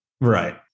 Right